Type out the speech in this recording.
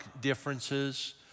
differences